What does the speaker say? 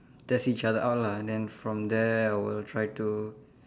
test each other's out lah and then from there I will try to